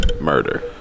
Murder